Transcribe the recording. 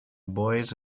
boys